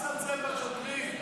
אל תזלזל בשוטרים.